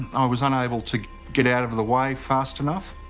i was unable to get out of the way fast enough.